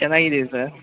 ಚೆನ್ನಾಗಿದ್ದೀವಿ ಸರ್